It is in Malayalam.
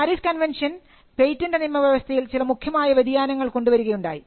പാരീസ് കൺവെൻഷൻ പേറ്റന്റ് നിയമവ്യവസ്ഥയിൽ ചില മുഖ്യമായ വ്യതിയാനങ്ങൾ കൊണ്ടുവരികയുണ്ടായി